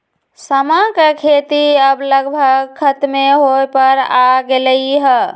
समा के खेती अब लगभग खतमे होय पर आ गेलइ ह